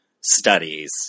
studies